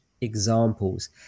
examples